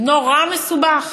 נורא מסובך.